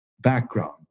background